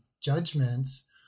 judgments